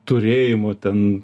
turėjimų ten